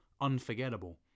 unforgettable